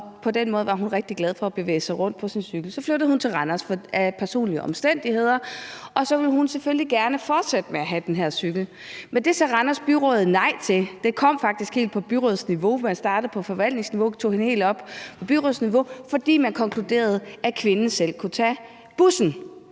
som hun var rigtig glad for at bevæge sig rundt på. Så flyttede hun til Randers på grund af personlige omstændigheder, og så ville hun selvfølgelig gerne fortsætte med at have den her cykel. Men det sagde Randers Byråd nej til. Det kom faktisk helt op på byrådsniveau; det var startet på forvaltningsniveau, men blev taget helt op på byrådsniveau. Man konkluderede, at kvinden selv kunne tage bussen.